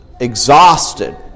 exhausted